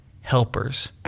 helpers